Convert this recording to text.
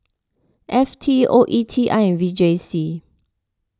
F T O E T I and V J C